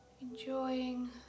Enjoying